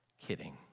kidding